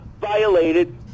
violated